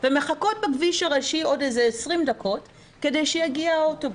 ומחכות בכביש הראשי עוד איזה 20 דקות כדי שיגיע האוטובוס.